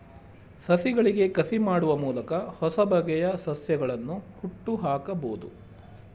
ಸಸಿಗಳಿಗೆ ಕಸಿ ಮಾಡುವ ಮೂಲಕ ಹೊಸಬಗೆಯ ಸಸ್ಯಗಳನ್ನು ಹುಟ್ಟುಹಾಕಬೋದು